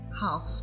half